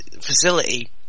facility